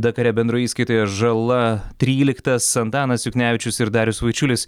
dakare bendroj įskaitoje žala tryliktas antanas juknevičius ir darius vaičiulis